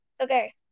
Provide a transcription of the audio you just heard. Okay